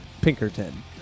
Pinkerton